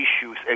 issues